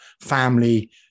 family